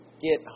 get